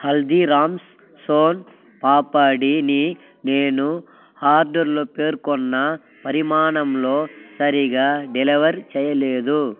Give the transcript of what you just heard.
హల్దీరామ్స్ సోన్ పాపడిని నేను ఆర్డర్లో పేర్కొన్న పరిమాణంలో సరిగ్గా డెలివర్ చేయలేదు